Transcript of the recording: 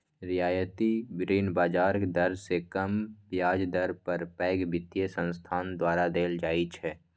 रियायती ऋण बाजार दर सं कम ब्याज दर पर पैघ वित्तीय संस्थान द्वारा देल जाइ छै